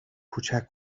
کوچک